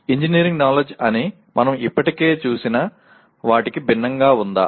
engineering knowledge అని మనం ఇప్పటికే చూసిన వాటికి భిన్నంగా ఉందా